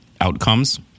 outcomes